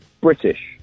British